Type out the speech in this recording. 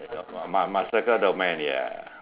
must must circle the old man ya